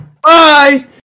Bye